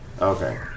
Okay